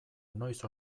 noiz